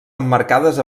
emmarcades